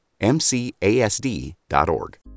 MCASD.org